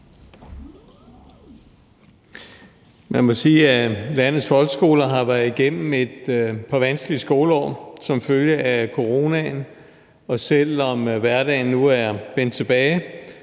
Man må sige, at landets folkeskoler har været igennem et par vanskelige skoleår som følge af coronaen, og selv om hverdagen nu er vendt tilbage,